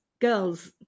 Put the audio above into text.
girls